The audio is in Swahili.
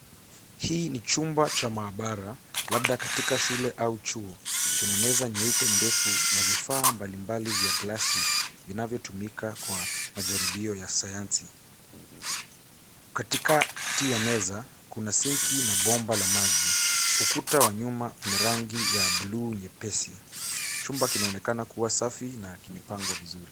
Hii ni chumba cha mahabara labda katika shule au chuo chenye meza nyeupe ndefu na vifaa mbalimbali vya glasi vinavyotumika kwa majaribio ya sayansi. Katikati ya meza, kuna sinki na bomba la maji. Ukuta wa nyuma una rangi ya buluu nyepesi. Chumba kinaonekana kuwa safi na kimepangwa vizuri.